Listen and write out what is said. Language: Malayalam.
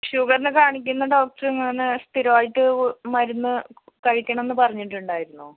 ഷുഗറിന് കാണിക്കുന്ന ഡോക്ടർ ഇങ്ങനെ സ്ഥിരമായിട്ട് ഗു മരുന്ന് കഴിക്കണം എന്ന് പറഞ്ഞിട്ടുണ്ടായിരുന്നോ